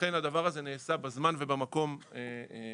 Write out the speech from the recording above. לכן הדבר הזה נעשה בזמן ובמקום הנכונים.